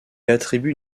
attribue